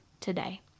today